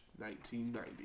1990